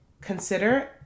Consider